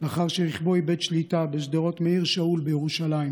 לאחר שרכבו איבד שליטה בשדרות שמואל מאיר בירושלים,